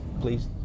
please